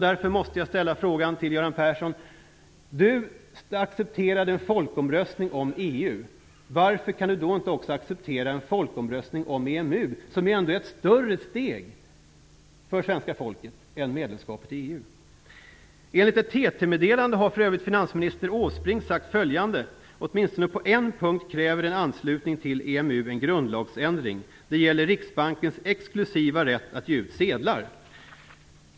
Därför måste jag ställa frågan till Göran Persson: Göran Persson accepterade en folkomröstning om EU, varför då inte också acceptera en folkomröstning om EMU, som ändå är ett större steg för svenska folket än medlemskapet i EU? Enligt ett TT-meddelande har för övrigt finansminister Åsbrink sagt följande: Åtminstone på en punkt kräver en anslutning till EMU en grundlagsändring. Det gäller Riksbankens exklusiva rätt att ge ut sedlar.